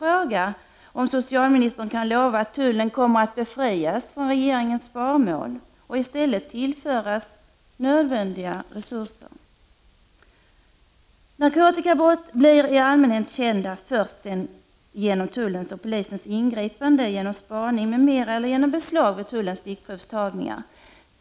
Kan socialministern lova att tullen kommer att befrias från regeringens sparmål och i stället tillföras nödvändiga resurser? Narkotikabrott blir i allmänhet kända först genom tullens och polisens ingripande, genom t.ex. spaning eller genom beslag via tullens stickprovstagningar.